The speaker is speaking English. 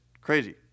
crazy